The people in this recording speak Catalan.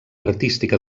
artística